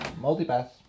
Multi-pass